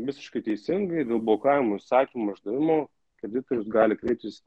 visiškai teisingai dėl blokavimo įsakymo išdavimo kreditorius gali kreiptis